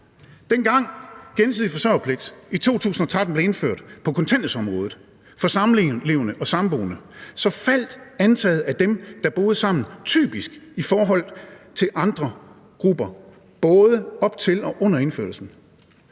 hvor gensidig forsørgerpligt blev indført på kontanthjælpsområdet for samlevende og samboende, faldt antallet af dem, der boede sammen, typisk i forhold til andre grupper – det var både op til og under indførelsen